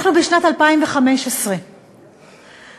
אנחנו בשנת 2015.